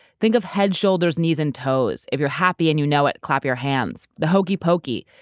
think of head, shoulders, knees, and toes, if you're happy and you know it, clap your hands, the hokey pokey,